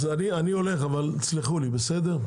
אז אני הולך, אבל תסלחו לי, בסדר?